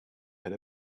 had